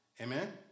Amen